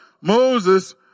Moses